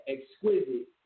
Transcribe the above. Exquisite